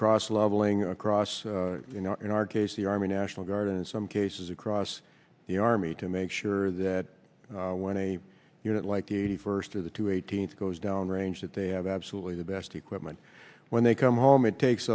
cross leveling across in our case the army national guard in some cases across the army to make sure that when a unit like the eighty first or the two eighteenth goes down range that they have absolutely the best equipment when they come home it takes